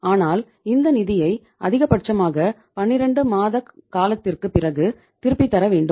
ஆனால் இந்த நிதியை அதிகபட்சமாக 12 மாத காலத்திற்குப் பிறகு திருப்பித் தர வேண்டும்